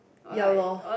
ya lor